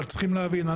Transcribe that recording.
אבל צריכים להבין,